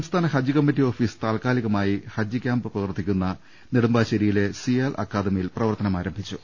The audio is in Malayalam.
സംസ്ഥാന ഹജ്ജ് കമ്മിറ്റി ഓഫീസ് താൽക്കാലികമായി ഹജ്ജ് കൃാമ്പ് പ്രവർത്തിക്കുന്ന നെടുമ്പാശ്ശേരിയിലെ സിയാൽ അക്കാദമിയിൽ പ്രവർത്തനം ആരംഭിച്ചു